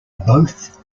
both